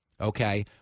Okay